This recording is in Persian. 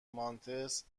مانتس